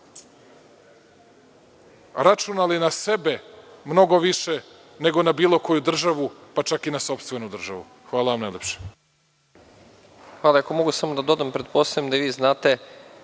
računali na sebe mnogo više nego na bilo koju državu, pa čak i na sopstvenu državu. Hvala vam najlepše. **Nebojša Stefanović** Hvala. Ako mogu samo da dodam, pretpostavljam da i vi znate,